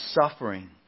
suffering